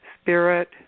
Spirit